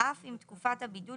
אף אם תקופת הבידוד